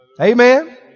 Amen